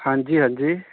ਹਾਂਜੀ ਹਾਂਜੀ